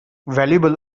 valuable